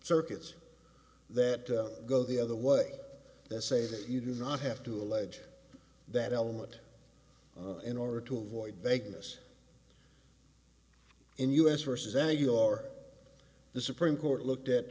circuits that go the other way that say that you do not have to allege that element in order to avoid vagueness in u s forces as your the supreme court looked at